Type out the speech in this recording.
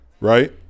right